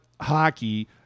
hockey